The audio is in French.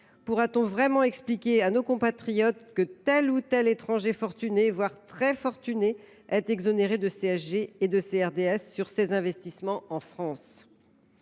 faire entendre de surcroît à nos compatriotes que tel ou tel étranger fortuné, voire très fortuné, est exonéré de CSG et de CRDS sur ses investissements en France ?